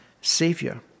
Savior